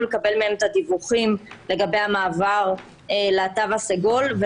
לקבל מהם את הדיווחים לגבי המעבר לתו הסגול.